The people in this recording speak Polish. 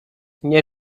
nie